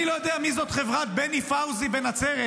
אני לא יודע מי זאת חברת בני פאוזי בנצרת,